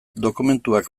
dokumentuak